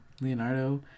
Leonardo